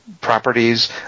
properties